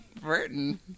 Burton